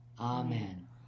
Amen